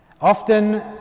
Often